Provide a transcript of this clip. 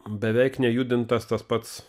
beveik nejudintas tas pats